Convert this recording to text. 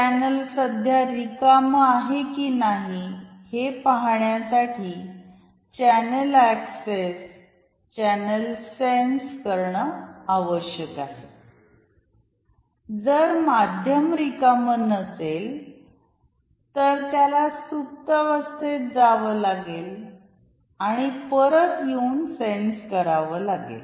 channel सध्या रिकाम आहे की नाही हे पाहण्यासाठी चॅनेल अॅक्सेस चॅनेल सेन्स करणे आवश्यक आहे जर माध्यम रिकाम नसेल तर त्याला सुप्तवस्थेत जावे लागेल आणि परत येऊन सेन्स करावे लागेल